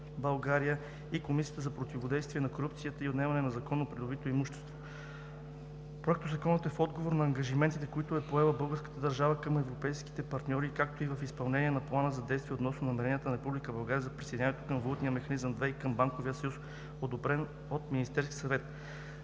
България и Комисията за противодействие на корупцията и за отнемане на незаконно придобитото имущество. Проектозаконът е в отговор на ангажиментите, които е поела българската държава към европейските партньори, както и в изпълнение на Плана за действие относно намеренията на Република България за присъединяване към Валутния механизъм II и към Банковия съюз, одобрен от Министерския съвет.